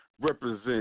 Represent